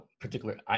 particular